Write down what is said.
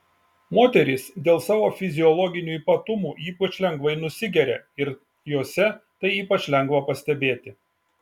moterys dėl savo fiziologinių ypatumų ypač lengvai nusigeria ir jose tai ypač lengva pastebėti